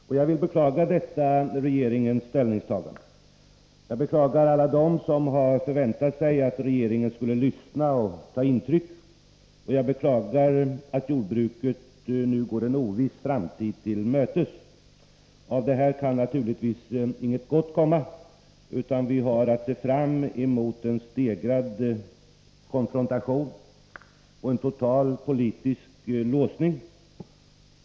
Jag beklagar detta regeringens ställningstagande. Jag beklagar alla dem som har förväntat sig att regeringen skulle lyssna och ta intryck, och jag beklagar att jordbruket nu går en oviss framtid till mötes. Av detta kan naturligtvis inget gott komma, utan vi har att se fram mot en stegrad konfrontation och en total politisk låsning.